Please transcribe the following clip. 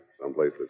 someplace